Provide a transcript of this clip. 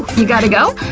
you gotta go?